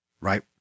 right